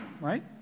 right